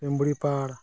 Similipal